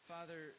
Father